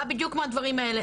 בא בדיוק מהדברים האלה.